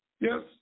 Yes